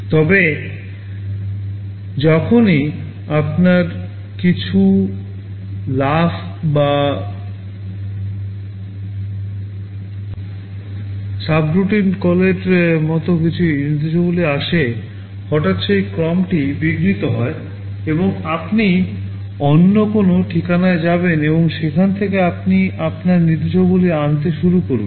তবে যখনই আপনার কিছু jump বা subroutine call র মতো কিছু নির্দেশাবলী আসে হঠাৎ সেই ক্রমটি বিঘ্নিত হয় এবং আপনি অন্য কোনও ঠিকানায় যাবেন এবং সেখান থেকে আপনি আপনার নির্দেশাবলী আনতে শুরু করবেন